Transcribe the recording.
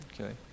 Okay